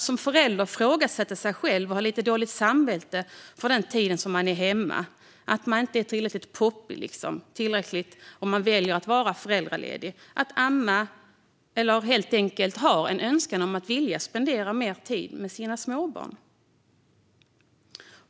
Som förälder ifrågasätter man sig själv och har lite dåligt samvete för den tid som man är hemma. Man är liksom inte tillräckligt poppig om man väljer att vara föräldraledig för att amma eller för att man helt enkelt vill spendera mer tid med sina småbarn.